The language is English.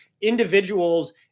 individuals